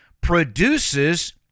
produces